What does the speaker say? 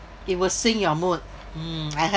it will swing your mood mm I heard